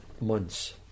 months